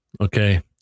okay